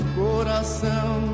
coração